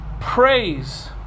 praise